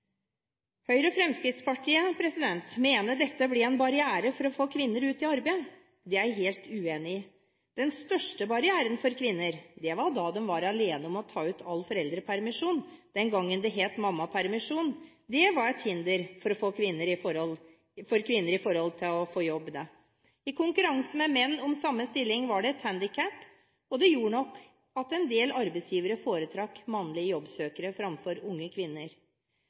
Høyre og Fremskrittspartiet mener dette blir en barriere for å få kvinner ut i arbeid. Det er jeg helt uenig i. Den største barrieren for kvinner var da de var alene om å ta ut all foreldrepermisjon – den gangen det het mammapermisjon. Det var et hinder for kvinner med hensyn til å få jobb. I konkurranse med menn om samme stilling var det et handikap, og det gjorde nok at en del arbeidsgivere foretrakk mannlige jobbsøkere framfor unge kvinner.